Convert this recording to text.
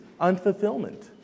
unfulfillment